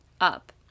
up